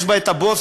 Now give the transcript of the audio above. יש בה את הבוס,